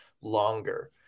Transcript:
longer